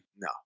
no